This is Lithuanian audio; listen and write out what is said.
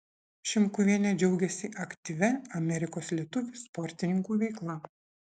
šimkuvienė džiaugiasi aktyvia amerikos lietuvių sportininkų veikla